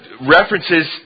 references